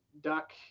duck